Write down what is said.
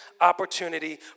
opportunity